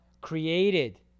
created